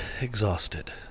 exhausted